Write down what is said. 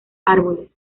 árboles